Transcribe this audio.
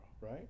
right